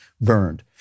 burned